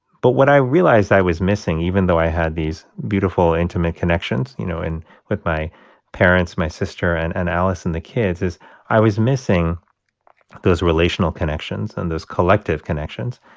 but what i realized i was missing, even though i had these beautiful, intimate connections, you know, and with my parents, my sister and and alice and the kids, is i was missing those relational connections and those collective connections.